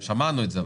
שמענו את זה,